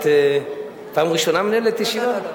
את פעם ראשונה מנהלת ישיבה?